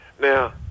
Now